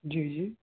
जी जी